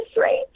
right